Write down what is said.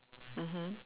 mmhmm